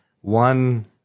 one